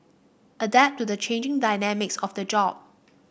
adapt to the changing dynamics of the job